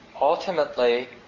ultimately